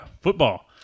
football